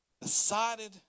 decided